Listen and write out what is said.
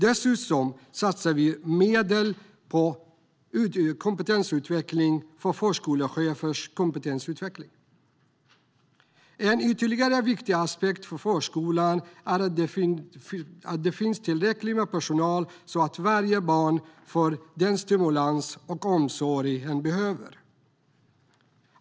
Dessutom satsar regeringen medel på förskolechefers kompetensutveckling. En ytterligare viktig aspekt för förskolan är att det finns tillräckligt med personal så att varje barn får den stimulans och omsorg hen behöver.